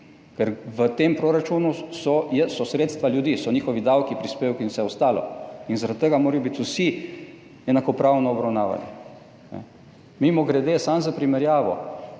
so v tem proračunu sredstva ljudi, njihovi davki, prispevki in vse ostalo in zaradi tega morajo biti vsi enakopravno obravnavani. Mimogrede, samo za primerjavo,